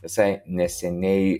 visai neseniai